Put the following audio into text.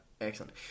Excellent